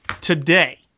today